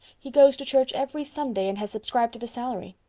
he goes to church every sunday and has subscribed to the salary.